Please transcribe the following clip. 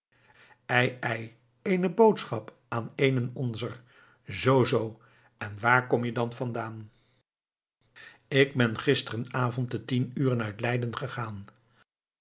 hebben ei ei eene boodschap aan eenen onzer zoo-zoo en waar kom-je dan vandaan ik ben gisteren avond te tien uren uit leiden gegaan